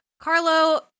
Carlo